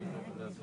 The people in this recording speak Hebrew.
מי בעד ההסתייגות?